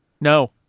no